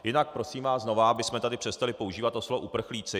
Jinak, prosím vás znovu, abychom tady přestali používat to slovo uprchlíci.